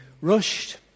rushed